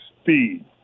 Speed